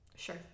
Sure